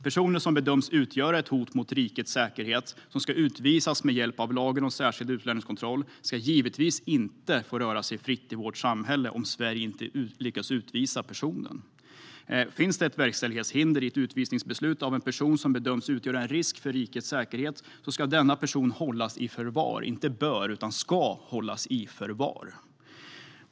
Personer som bedöms utgöra ett hot mot rikets säkerhet, som ska utvisas med hjälp av lagen om särskild utlänningskontroll, ska givetvis inte få röra sig fritt i vårt samhälle om Sverige inte lyckas utvisa personen. Finns det ett verkställighetshinder i ett utvisningsbeslut av en person som bedömts utgöra en risk för rikets säkerhet ska denna person hållas i förvar - inte bör, utan ska hållas i förvar.